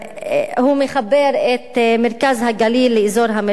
שמחבר את מרכז הגליל לאזור המרכז.